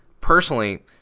Personally